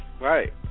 Right